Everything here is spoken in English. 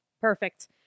Perfect